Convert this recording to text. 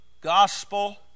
gospel